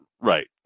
Right